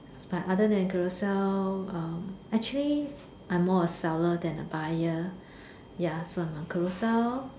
but other than Carousell um actually I'm more a seller than a buyer ya so on Carousell